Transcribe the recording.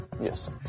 Yes